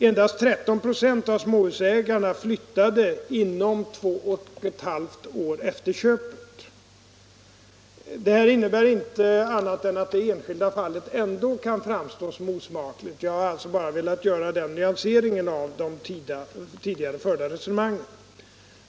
Endast 13 926 av småhusägarna flyttade inom två och ett — småhus halvt år efter köpet. Detta faktum hindrar inte att det enskilda fallet ändå kan framstå som osmakligt. Men jag har velat göra denna nyansering av de tidigare förda resonemangen.